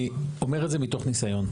אני אומר את זה מתוך ניסיון.